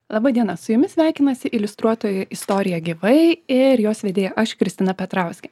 laba diena su jumis sveikinasi iliustruotoji istorija gyvai ir jos vedėja aš kristina petrauskė